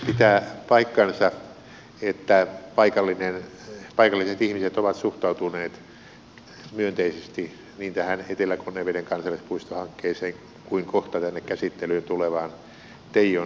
pitää paikkansa että paikalliset ihmiset ovat suhtautuneet myönteisesti niin tähän etelä konneveden kansallispuistohankkeeseen kuin kohta tänne käsittelyyn tulevaan teijon kansallispuistohankkeeseen